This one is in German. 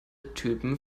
typen